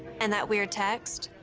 and that weird text.